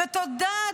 ותודה,